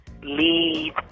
leave